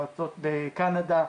בקנדה,